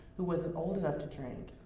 who wasn't old enough to drink.